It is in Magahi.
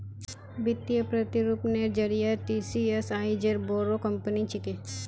वित्तीय प्रतिरूपनेर जरिए टीसीएस आईज बोरो कंपनी छिके